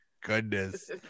goodness